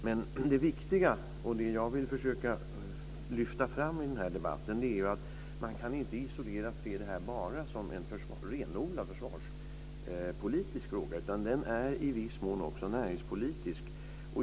Men det viktiga, och det jag vill försöka lyfta fram i denna debatt, är att man inte kan se detta som en renodlad försvarspolitisk fråga. Den är i viss mån också näringspolitisk.